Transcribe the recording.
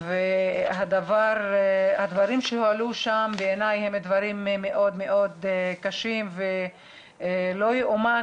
והדברים שהועלו שם בעיניי הם דברים מאוד מאוד קשים ולא יאומן